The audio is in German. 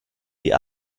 die